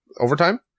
overtime